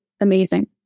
Amazing